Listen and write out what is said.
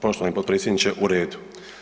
Poštovani potpredsjedniče u redu.